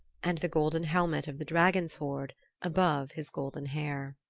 and the golden helmet of the dragon's hoard above his golden hair.